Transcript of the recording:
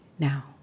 Now